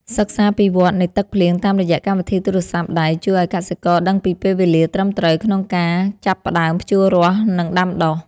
សិក្សាពីវដ្តនៃទឹកភ្លៀងតាមរយៈកម្មវិធីទូរស័ព្ទដៃជួយឱ្យកសិករដឹងពីពេលវេលាត្រឹមត្រូវក្នុងការចាប់ផ្ដើមភ្ជួររាស់និងដាំដុះ។